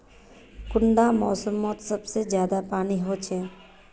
कुंडा मोसमोत सबसे ज्यादा पानी होचे?